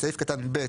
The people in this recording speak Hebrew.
בסעיף קטן (ב),